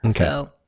Okay